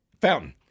Fountain